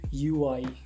UI